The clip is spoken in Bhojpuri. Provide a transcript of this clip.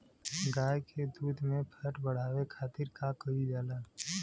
गाय के दूध में फैट बढ़ावे खातिर का कइल जाला?